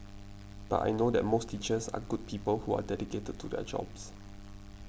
but I know that most teachers are good people who are dedicated to their jobs